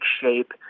shape